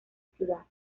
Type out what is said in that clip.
ciudad